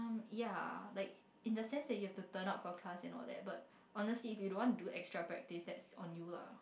ya like in a sense that you have to turn up for class and all that but honestly if you don't want to do extra practice that's on you lah